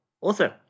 Awesome